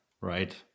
right